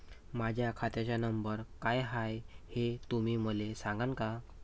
माह्या खात्याचा नंबर काय हाय हे तुम्ही मले सागांन का?